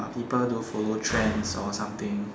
people don't follow trends or something